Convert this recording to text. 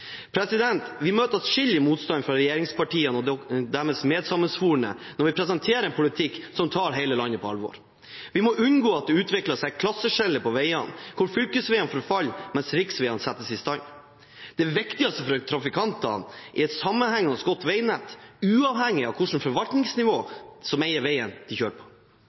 Vi møter atskillig motstand fra regjeringspartiene og deres medsammensvorne når vi presenterer en politikk som tar hele landet på alvor. Vi må unngå at det utvikler seg et klasseskille på veiene, hvor fylkesveiene forfaller mens riksveiene settes i stand. Det viktigste for trafikantene er et sammenhengende og godt veinett, uavhengig av hvilket forvaltningsnivå som eier veien de kjører på.